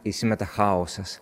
įsimeta chaosas